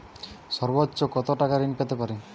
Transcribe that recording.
সর্বোচ্চ কত টাকা ঋণ পেতে পারি?